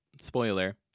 Spoiler